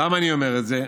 למה אני אומר את זה?